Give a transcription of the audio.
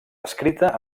escrita